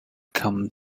came